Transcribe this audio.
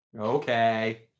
Okay